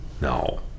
No